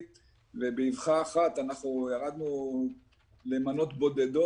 ובאבחה אחת אנחנו ירדנו למנות בודדות,